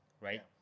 right